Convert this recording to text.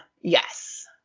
yes